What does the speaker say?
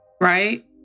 right